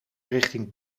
richting